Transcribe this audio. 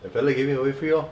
that fellow giving away free lor